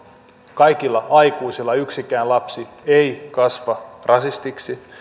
kaikilla aikuisilla yksikään lapsi ei kasva rasistiksi